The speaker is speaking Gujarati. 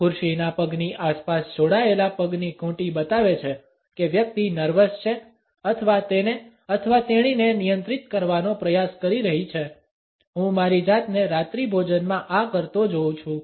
ખુરશીના પગની આસપાસ જોડાયેલા પગની ઘૂંટી બતાવે છે કે વ્યક્તિ નર્વસ છે અથવા તેને અથવા તેણીને નિયંત્રિત કરવાનો પ્રયાસ કરી રહી છે હું મારી જાતને રાત્રિભોજનમાં આ કરતો જોઉં છું